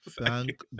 thank